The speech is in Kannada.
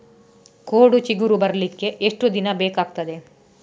ಕೋಡು ಚಿಗುರು ಬರ್ಲಿಕ್ಕೆ ಎಷ್ಟು ದಿನ ಬೇಕಗ್ತಾದೆ?